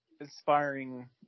inspiring